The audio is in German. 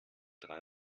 drei